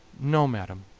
no, madam,